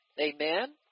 Amen